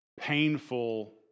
painful